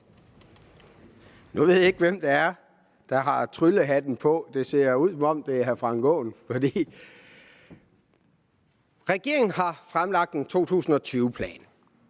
Nu ved jeg ikke, hvem det er, der har tryllehatten på. Det ser ud, som om det er hr. Frank Aaen. Regeringen har fremlagt en 2020-plan.